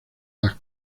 las